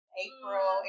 april